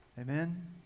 Amen